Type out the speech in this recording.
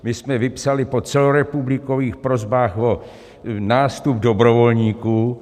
My jsme vypsali po celorepublikových prosbách o nástup dobrovolníků.